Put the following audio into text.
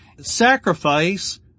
Sacrifice